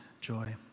joy